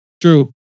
True